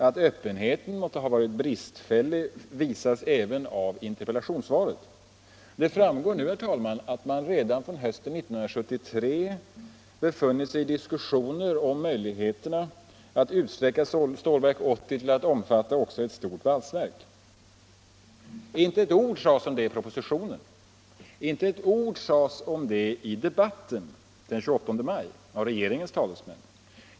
Att öppenheten varit bristfällig visar sig även av interpellationssvaret. Det framgår nu att man redan från hösten 1973 befunnit sig i diskussioner om möjligheterna att bygga ut Stålverk 80 till att omfatta också ett stort valsverk. Inte ett ord sades om detta i propositionen. Inte ett ord yttrades om detta i debatten den 28 maj av regeringens talesmän.